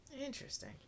Interesting